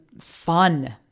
fun